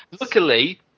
Luckily